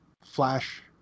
Flash